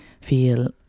feel